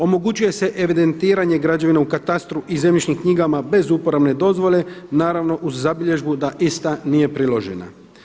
Omogućuje se evidentiranje građevina u katastru i zemljišnim knjigama bez uporabne dozvole, naravno uz zabilježbu da ista nije priložena.